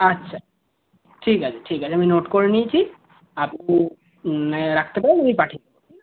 আচ্ছা ঠিক আছে ঠিক আছে আমি নোট করে নিয়েছি আপনি রাখতে পারেন আমি পাঠিয়ে দেব ঠিক আছে